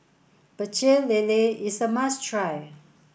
Pecel Lele is a must try